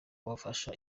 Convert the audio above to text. bafasha